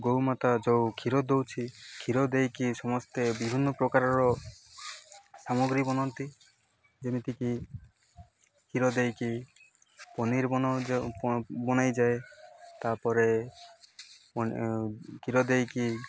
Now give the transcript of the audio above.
ଗୋ ମାତା ଯେଉଁ କ୍ଷୀର ଦେଉଛି କ୍ଷୀର ଦେଇକି ସମସ୍ତେ ବିଭିନ୍ନ ପ୍ରକାରର ସାମଗ୍ରୀ ବନାନ୍ତି ଯେମିତିକି କ୍ଷୀର ଦେଇକି ପନିର୍ ବନେଇଯାଏ ତା'ପରେ କ୍ଷୀର ଦେଇକି